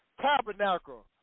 Tabernacle